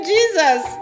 Jesus